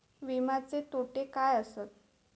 विमाचे तोटे काय आसत?